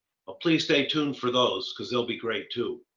please stay tuned for those, because they'll be great, too.